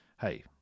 hey